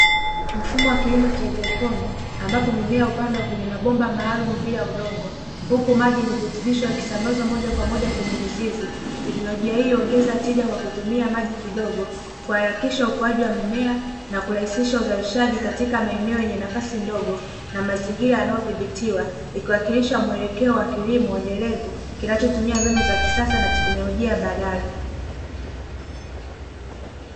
Mfumo wa kilimo cha haidroponi ambapo mimea hupandwa kwenye mabomba maalumu bila udongo huku maji yenye virutubisho yakisambaza moja kwa moja kwenye mizizi, teknolojia hiyo huongeza tija kwa kutumia maji kidogo kuharakisha ukuaji wa mimea na kurahisisha uzalishaji katika maeneo yenye nafasi ndogo na mazingira yanayodhibitiwa ikiwakilisha mwelekeo wa kilimo uendelevu kinachotumia mbinu za kisasa na teknolojia badala.